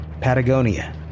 Patagonia